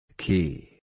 Key